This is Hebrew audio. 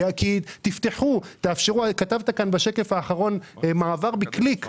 כתבת כאן בשקף האחרון: "מעבר בקליק".